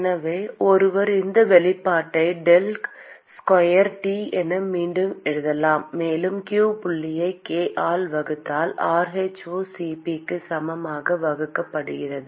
எனவே ஒருவர் இந்த வெளிப்பாட்டை டெல் ஸ்கொயர் T என மீண்டும் எழுதலாம் மேலும் q புள்ளியை k ஆல் வகுத்தால் rhoCp க்கு சமமாக வகுக்கப்படுகிறது